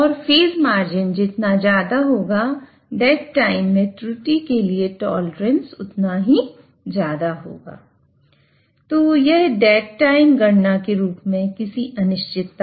और phase margin जितना ज्यादा होगा डेड टाइम में त्रुटि के लिए टॉलरेंस उतना ही ज्यादा होगा